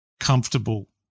comfortable